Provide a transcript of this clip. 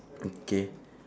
okay